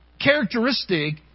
characteristic